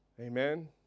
Amen